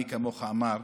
מי כמוך אמר,